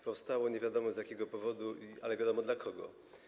Powstało nie wiadomo z jakiego powodu, ale wiadomo dla kogo.